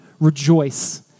rejoice